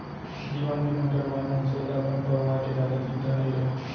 जीवन बीमा करवाए मनसे ल अपन परवार के जादा चिंता नइ रहय